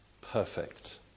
perfect